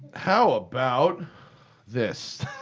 how about this?